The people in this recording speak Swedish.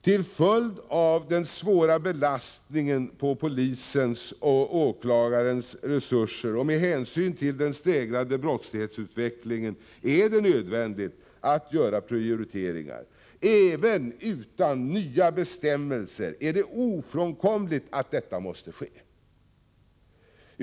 Till följd av polisens och åklagarnas svåra resursbrist och med hänsyn till den stegrade brottslighetsutvecklingen är det nödvändigt att göra prioriteringar. Även utan nya bestämmelser är det ofrånkomligt att detta måste ske.